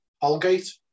Holgate